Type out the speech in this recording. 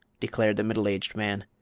declared the middle-aged man.